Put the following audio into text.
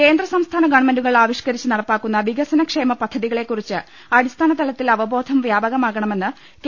കേന്ദ്ര സംസ്ഥാന ഗവൺമെന്റുകൾ ആവിഷ്ക്കരിച്ച് നടപ്പാ ക്കുന്ന വികസന ക്ഷേമ പദ്ധതികളെക്കുറിച്ച് അടിസ്ഥാനതലത്തിൽ അവബോധം വ്യാപകമാക്കണമെന്ന് കെ